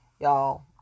y'all